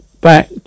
back